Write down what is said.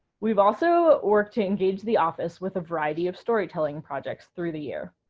we've also worked to engage the office with a variety of storytelling projects through the year.